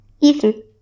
Ethan